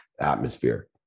atmosphere